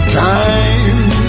time